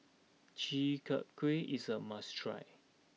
Chi Kak Kuih is a must try